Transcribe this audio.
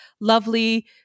lovely